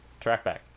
Trackback